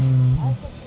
mm